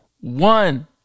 One